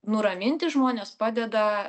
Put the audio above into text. nuraminti žmones padeda